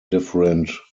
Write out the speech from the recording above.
different